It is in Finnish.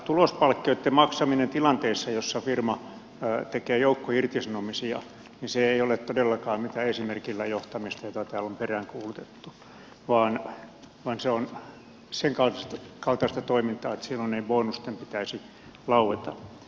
tulospalkkioitten maksaminen tilanteessa jossa firma tekee joukkoirtisanomisia ei ole todellakaan mitään esimerkillä johtamista jota täällä on peräänkuulutettu vaan se on sen kaltaista toimintaa että silloin ei bonusten pitäisi laueta